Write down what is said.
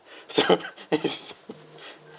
so it's